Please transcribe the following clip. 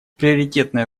приоритетное